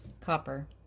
copper